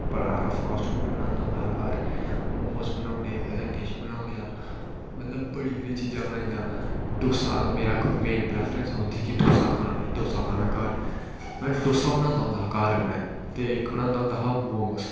बड़ा हारा fast food बनांदा हा घर मोमोस बनाई ओड़े कदें किश बनाई ओड़ेआ मतलब बड़ी हारी चीज़ां बनाइयां डोसा मेरा मेन प्रैफरैंस रौहंदी ही डोसा खाना में डोसा खाना घर में डोसा बनांदा होंदा हा घर अपने ते इक्क बनांदा होंदा हा मोमोस